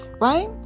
Right